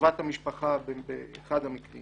קרבת המשפחה באחד המקרים